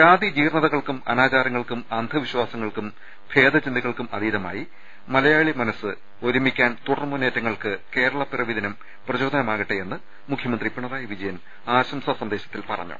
ജാതി ജീർണ്ണതകൾക്കും അനാചാരങ്ങൾക്കും അന്ധ വിശ്വാസങ്ങൾക്കും ഭേദചിന്തകൾക്കും അതീതമായി മല യാളി മനസ് ഒരുമിക്കാൻ തുടർ മുന്നേറ്റങ്ങൾക്ക് കേരള പ്പിറവി ദിനം പ്രചോദനമാകട്ടെയെന്ന് മുഖ്യമന്ത്രി പിണ റായി വിജയൻ ആശംസാസന്ദേശത്തിൽ പറഞ്ഞു